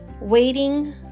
waiting